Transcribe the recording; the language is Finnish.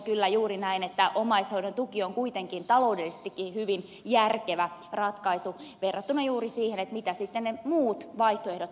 kyllä on juuri näin että omaishoidon tuki on kuitenkin taloudellisestikin hyvin järkevä ratkaisu verrattuna juuri siihen mitä sitten ne muut vaihtoehdot maksaisivat